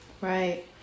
Right